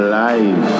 life